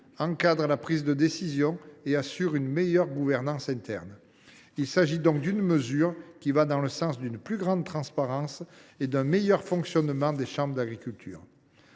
encadre la prise de décision et assure une meilleure gouvernance interne. Il s’agit donc d’une mesure qui va dans le sens d’une plus grande transparence et d’un meilleur fonctionnement des chambres d’agriculture.